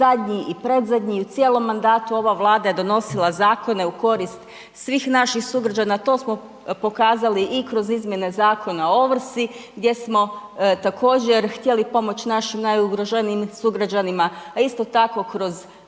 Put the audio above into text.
u cijelom mandatu ova Vlada je donosila zakone u korist svih naših sugrađana, to smo pokazali i kroz izmjene Zakona o ovrsi gdje smo također, htjeli pomoći našim najugroženijim sugrađanima, a isto tako, kroz brojne